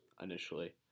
initially